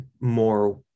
more